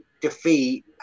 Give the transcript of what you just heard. defeat